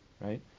right